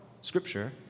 Scripture